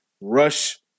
rush